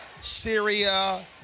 Syria